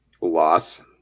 Loss